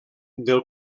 del